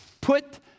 put